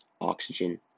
oxygen